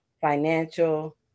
financial